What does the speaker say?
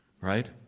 right